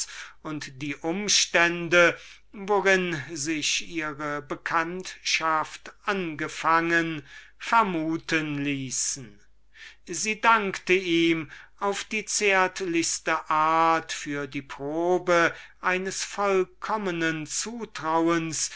und die umstände worin sich ihre bekanntschaft angefangen vermuten ließen sie dankte ihm auf die zärtlichste art für die probe eines vollkommnen zutrauens